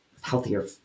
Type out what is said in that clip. healthier